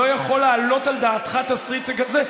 לא יכול להעלות על דעתך תסריט שכזה,